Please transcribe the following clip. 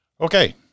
Okay